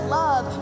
love